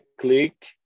click